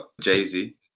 jay-z